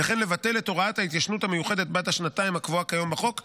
וכן לבטל את הוראת ההתיישנות המיוחדת בת השנתיים הקבועה כיום בחוק,